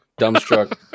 dumbstruck